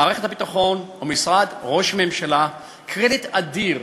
למערכת הביטחון ולמשרד ראש הממשלה קרדיט אדיר